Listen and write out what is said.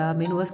menu